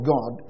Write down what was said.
God